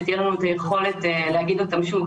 שתהיה לנו את היכולת להגיד את הדברים שוב,